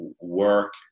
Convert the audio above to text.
work